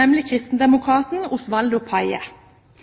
nemlig kristendemokraten Osvaldo